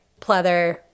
pleather